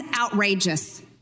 outrageous